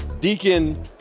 Deacon